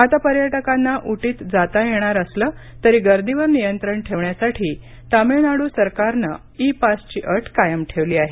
आता पर्यटकांना उटीत जाता येणार असलं तरी गर्दीवर नियंत्रण ठेवण्यासाठी तमिळनाडू सरकारनं ई पासची अट कायम ठेवली आहे